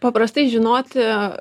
paprastai žinoti